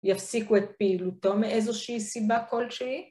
יפסיקו את פעילותו, מאיזושהי סיבה כלשהי.